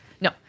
No